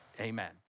amen